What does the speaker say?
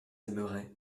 aimeraient